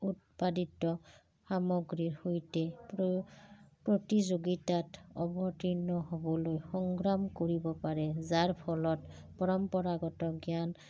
উৎপাদিত সামগ্ৰীৰ সৈতে প্ৰতিযোগিতাত অৱতীৰ্ণ হ'বলৈ সংগ্ৰাম কৰিব পাৰে যাৰ ফলত পৰম্পৰাগত জ্ঞান